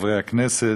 להרגיע,